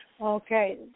Okay